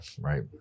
Right